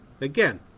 Again